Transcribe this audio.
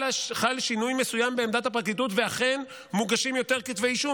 שינוי מסוים בעמדת הפרקליטות ואכן מוגשים יותר כתבי אישום.